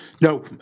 No